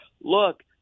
look